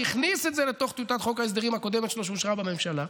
שהכניס את זה לתוך טיוטת חוק ההסדרים הקודמת שלו שאושרה בממשלה,